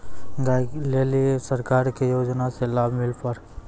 गाय ले ली सरकार के योजना से लाभ मिला पर?